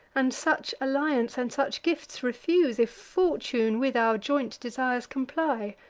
and such alliance and such gifts refuse, if fortune with our joint desires comply?